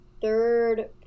third